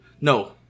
No